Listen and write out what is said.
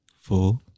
four